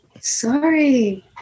sorry